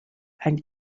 and